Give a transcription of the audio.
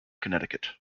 connecticut